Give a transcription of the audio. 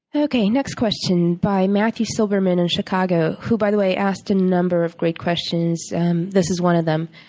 okay, next question by matthew silverman in chicago, who, by the way, asked a number of great questions this is one of them.